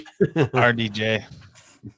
RDJ